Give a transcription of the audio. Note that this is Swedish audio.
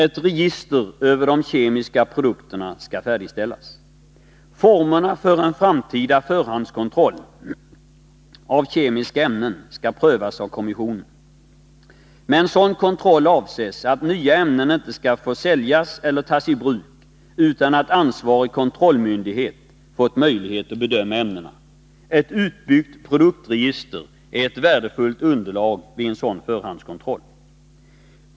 Ett register över de kemiska produkterna skall färdigställas. Formerna för en framtida förhandskontroll av kemiska ämnen skall prövas av kommissionen. Med en sådan kontroll avses att nya ämnen inte skall få säljas eller tas i bruk utan att ansvarig kontrollmyndighet fått möjlighet att bedöma ämnena. Ett utbyggt produktregister är ett värdefullt underlag vid en sådan förhandskontroll.